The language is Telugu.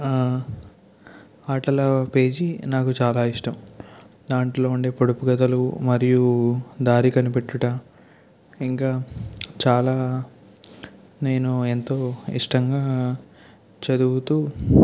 ఆటల పేజీ నాకు చాలా ఇష్టం దాంట్లో ఉండే పొడుపు కథలు మరియూ దారి కనిపెట్టుట ఇంకా చాలా నేను ఎంతో ఇష్టంగా చదువుతూ